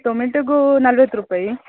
ಟೊಮೆಟೊಗೆ ನಲ್ವತ್ತು ರೂಪಾಯಿ